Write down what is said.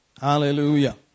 Hallelujah